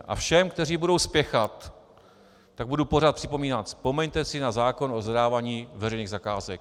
A všem, kteří budou spěchat, budu pořád připomínat: Vzpomeňte si na zákon o zadávání veřejných zakázek.